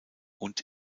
und